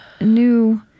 new